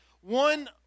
one